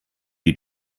die